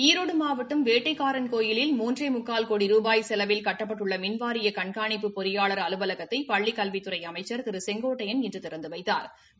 ஈரோடு மாவட்டம் வேட்டைக்காரன்கோயிலில் மூன்றேமுக்கால் கோடி ரூபாய் செலவில் கட்டப்பட்டுள்ள மின்வாரிய கண்காணிப்பு பொறியாளா் அலுவலகத்தை பள்ளிக் கல்வித்துறை அமைச்சா் திரு கே ஏ செங்கோட்டையன் இன்று திறந்து வைத்தாா்